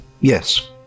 Yes